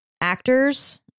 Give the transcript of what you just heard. actors